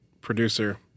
producer